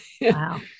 Wow